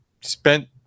spent